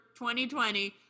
2020